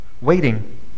waiting